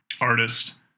artist